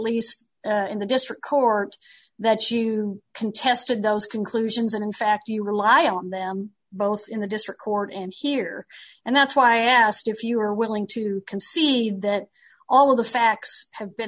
least in the district courts that you contested those conclusions and in fact you rely on them both in the district court and here and that's why i asked if you were willing to concede that all of the facts have been